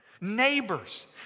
neighbors